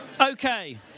Okay